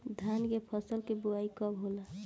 धान के फ़सल के बोआई कब होला?